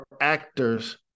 actors